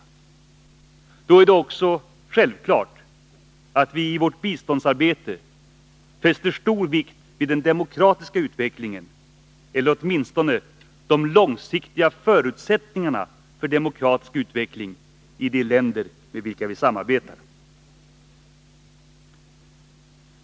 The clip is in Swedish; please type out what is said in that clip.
Då är det också Helén. JA självklart att vi i vårt biståndsarbete fäster stor vikt vid den demokratiska utvecklingen — eller åtminstone de långsiktiga förutsättningarna för demokratisk utveckling — i de länder med vilka vi samarbetar.